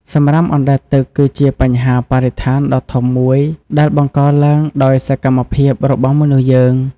សំរាមអណ្តែតទឹកគឺជាបញ្ហាបរិស្ថានដ៏ធំមួយដែលបង្កឡើងដោយសកម្មភាពរបស់មនុស្សយើង។